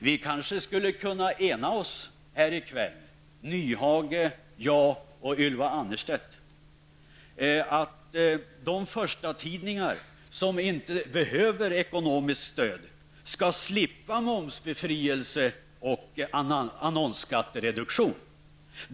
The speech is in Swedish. Vi kanske skulle kunna ena oss här redan i kväll, Hans Nyhage, jag och Ylva Annerstedt, om att de förstatidningar som inte behöver ekonomiskt stöd skall slippa momsbefrielse och annonsskattereduktion.